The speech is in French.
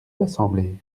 l’assemblée